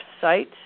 site